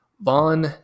Vaughn